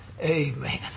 Amen